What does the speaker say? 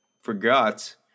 forgot